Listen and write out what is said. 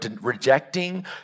rejecting